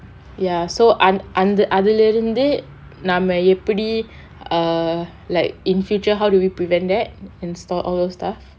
ya so அந்த அதுல இருந்து நாம எப்படி:antha athula irunthu naama eppadi err like in future how do we prevent there and sort all those stuff